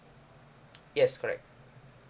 yes correct